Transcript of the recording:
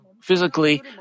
Physically